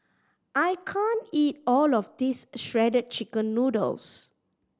I can't eat all of this Shredded Chicken Noodles